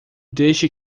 deixe